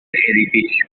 edificio